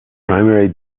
primary